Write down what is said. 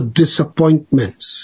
disappointments